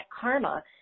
karma